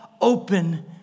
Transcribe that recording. open